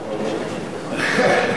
אתה כבר לא תשמע.